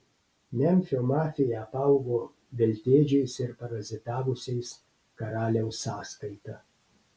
memfio mafija apaugo veltėdžiais ir parazitavusiais karaliaus sąskaita